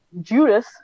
Judas